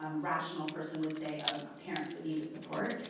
um rational person would say ah um parents would need to support,